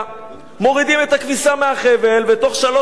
מורידים את הכביסה מהחבל ובתוך שלוש דקות